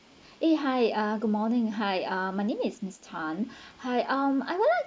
eh hi uh good morning hi uh my name is miss tan hi um I would like